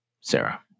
Sarah